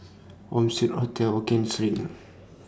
Home Suite Hotel Hokien Street